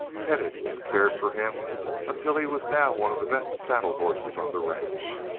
petted and cared for him until he was now one of the best saddle horses on the ranch.